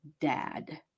dad